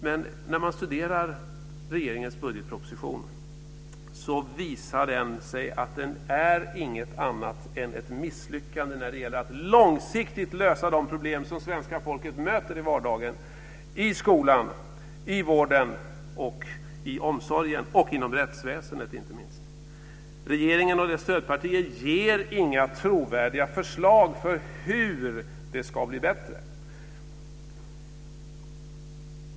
Men när man studerar regeringens budgetproposition så visar den sig vara inget annat än ett misslyckande när det gäller att långsiktigt lösa de problem som svenska folket möter i vardagen; i skolan, i vården och i omsorgen och inte minst inom rättsväsendet. Regeringen och dess stödpartier ger inga trovärdiga förslag till hur det ska bli bättre.